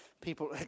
people